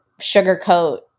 sugarcoat